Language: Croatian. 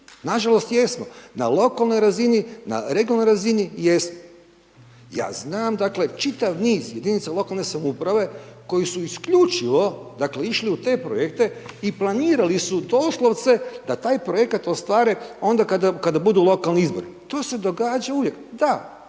nažalost jesmo, na lokalnoj razini, na regionalnoj razini jesmo. Ja znam dakle čitav niz jedinica lokalne samouprave koji su isključivo dakle išli u te projekte i planirali su doslovce da taj projekat ostvare onda kada budu lokalni izbori. To se događa uvijek, da,